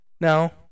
Now